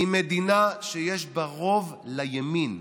היא מדינה שיש בה רוב לימין.